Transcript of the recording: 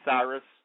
Cyrus